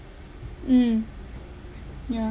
mm yeah